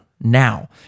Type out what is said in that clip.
now